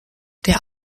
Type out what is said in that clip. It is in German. der